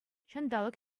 ҫанталӑк